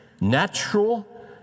natural